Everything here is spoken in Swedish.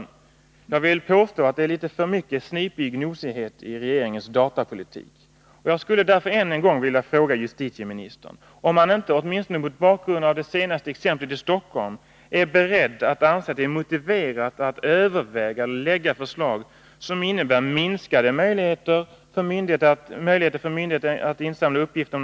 Jag vill påstå att det finns litet för mycket av ”snipig nosighet” i regeringens datapolitik. Jag skulle därför ännu en gång vilja fråga justitieministern: Anser inte justitieministern, åtminstone mot bakgrund av det senaste exemplet i Stockholm, det vara motiverat att överväga att förslag läggs fram som innebär minskade möjligheter för myndigheter att insamla uppgifter om enskilda människor?